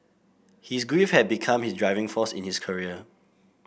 his grief had become his driving force in his career